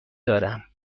دارم